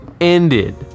ended